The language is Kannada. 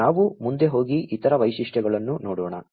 ಆದ್ದರಿಂದ ನಾವು ಮುಂದೆ ಹೋಗಿ ಇತರ ವೈಶಿಷ್ಟ್ಯಗಳನ್ನು ನೋಡೋಣ